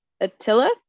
attila